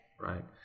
Right